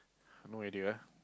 no idea ah